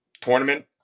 tournament